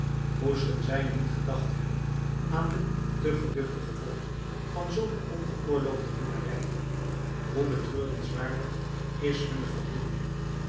moesten zij niet gedacht hebben aan de te geduchte gevolgen van zulke ongeoorloofde minnarijen hoe betreurenswaardig is hunne verblinding